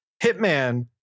Hitman